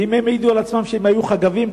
ואם הם העידו על עצמם שהם היו חגבים,